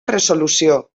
resolució